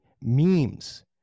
memes